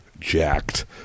jacked